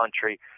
country